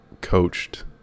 coached